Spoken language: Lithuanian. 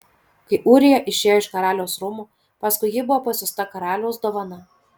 kai ūrija išėjo iš karaliaus rūmų paskui jį buvo pasiųsta karaliaus dovana